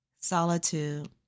Solitude